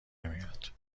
نمیاد